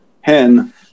hen